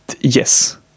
yes